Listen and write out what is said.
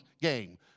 game